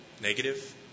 Negative